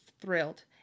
thrilled